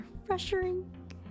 refreshing